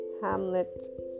Hamlet